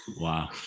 wow